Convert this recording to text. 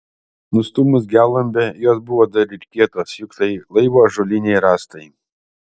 nustūmus gelumbę jos buvo dar ir kietos juk tai laivo ąžuoliniai rąstai